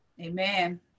Amen